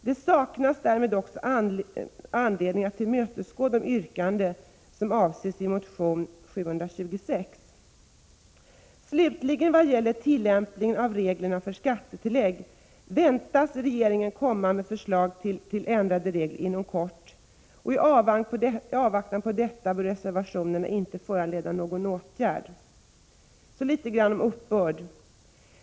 Det saknas därmed också anledning att tillmötesgå yrkandet beträffande skönstaxering i motion Sk726. I fråga om tillämpningen av reglerna för skattetillägg väntas regeringen komma med förslag till ändrade regler inom kort. I avvaktan på detta bör reservationerna inte föranleda någon åtgärd.